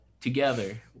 together